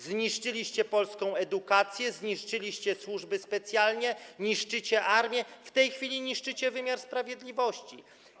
Zniszczyliście polską edukację, zniszczyliście służby specjalne, niszczycie armię, w tej chwili niszczycie wymiar sprawiedliwości.